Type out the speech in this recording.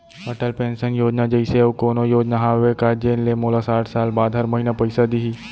Atal pension Yojana जइसे अऊ कोनो योजना हावे का जेन ले मोला साठ साल बाद हर महीना पइसा दिही?